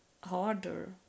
harder